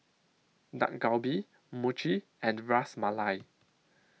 Dak Galbi Mochi and Ras Malai